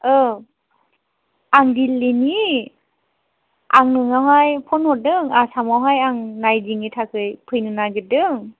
औ आं दिल्लीनि आं नोंनावहाय फन हरदों आसामावहाय आं नायदिंनो थाखाय फैनो नागिरदों